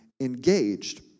engaged